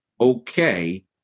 okay